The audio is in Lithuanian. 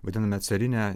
vadiname carinę